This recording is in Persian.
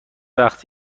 وقت